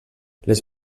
les